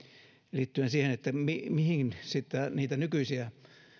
liittyen siihen että mihin niitä nykyisiä